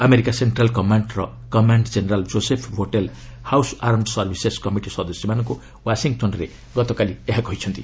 America Central Command ର commander general Joseph Votel House Armed Services Committee ସଦସ୍ୟମାନଙ୍କୁ ୱାଶିଂଟନ୍ରେ ଗତକାଲି ଏହା କହିଛନ୍ତି